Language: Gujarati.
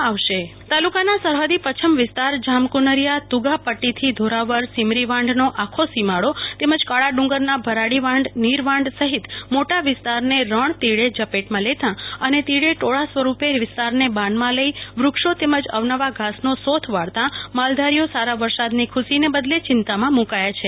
કલ્પના શાહ પચ્છમ વિસ્તારમાં તીડનું આક્રમણ તાલુકાના સરહદી પચ્છમ વિસ્તાર જામકુનરિયા તુગા પટ્ટીથી ધોરાવર સીમરીવાંઢનો આખો સીમાડો તેમજ કાળા ડુંગરના ભરાડીવાંઢ નીરવાંઢ સહિત મોટા વિસતારને રણચીડે ચપેટમાં લેતાં અને તીડે ટોળાં સ્વરુપે વિસતારને બાનમાં લઈ વ્રક્ષો તેમજ અવનવા ઘાસનો સોથ વળતા માલધારીઓ સારા વરસાદની ખુશીને બદલે ચિંતામાં મુકાયા છે